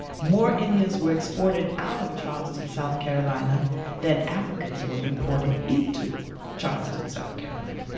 more indians were exported out of charleston, south carolina that africans were imported into charleston, south carolina.